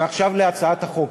ועכשיו להצעת החוק.